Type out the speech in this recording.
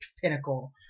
pinnacle